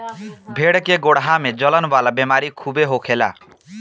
भेड़ के गोड़वा में जलन वाला बेमारी खूबे होखेला